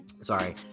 sorry